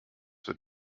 wird